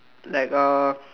like uh